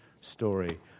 story